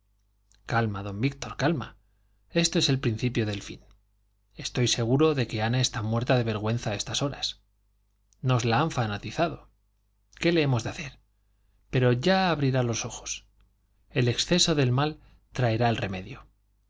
calma don víctor calma esto es el principio del fin estoy seguro de que ana está muerta de vergüenza a estas horas nos la han fanatizado qué le hemos de hacer pero ya abrirá los ojos el exceso del mal traerá el remedio